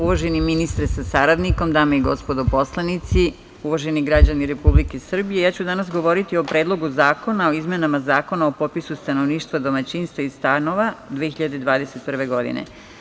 Uvaženi ministre sa saradnikom, dame i gospodo poslanici, uvaženi građani Republike Srbije, ja ću danas govoriti o Predlogu zakona o izmenama Zakona o popisu stanovništva, domaćinstva i stanova 2021. godine.